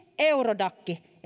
eurodac